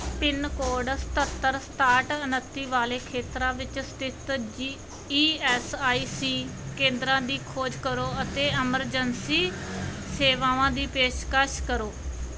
pin code ਸਤੱਤਰ ਸਤਾਹਠ ਉਣੱਤੀ ਵਾਲੇ ਖੇਤਰਾਂ ਵਿੱਚ ਸਥਿਤ G E S I C ਕੇਂਦਰਾਂ ਦੀ ਖੋਜ ਕਰੋ ਅਤੇ ਐਮਰਜੈਂਸੀ ਸੇਵਾਵਾਂ ਦੀ ਪੇਸ਼ਕਸ਼ ਕਰੋ